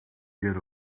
get